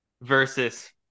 versus